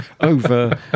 over